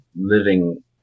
living